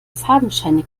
fadenscheinig